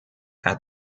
had